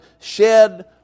shed